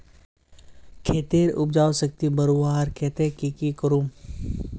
खेतेर उपजाऊ शक्ति बढ़वार केते की की करूम?